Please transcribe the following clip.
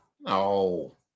No